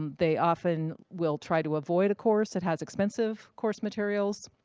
um they often will try to avoid a course that has expensive course materials.